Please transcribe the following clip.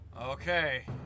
okay